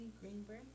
Greenberg